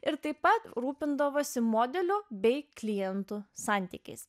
ir taip pat rūpindavosi modelio bei klientų santykiais